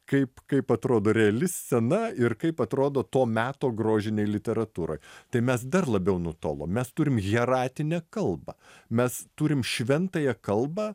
kaip kaip atrodo reali scena ir kaip atrodo to meto grožinėj literatūroj tai mes dar labiau nutolom mes turim hieratinę kalbą mes turim šventąją kalbą